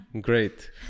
great